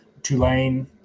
Tulane